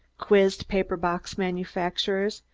quizzed paper-box manufacturers,